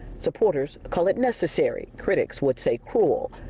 supporters call it necessary. critics would say cruel.